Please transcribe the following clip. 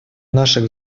наших